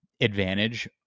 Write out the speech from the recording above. advantage